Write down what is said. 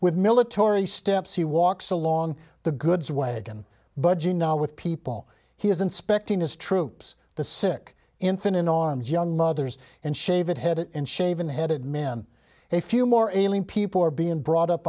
with military steps he walks along the goods way again budgie now with people he is inspecting his troops the sick infant in arms young mothers and shaven headed and shaven headed men a few more ailing people are being brought up